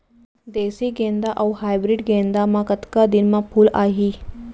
देसी गेंदा अऊ हाइब्रिड गेंदा म कतका दिन म फूल आही?